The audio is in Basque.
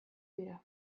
dira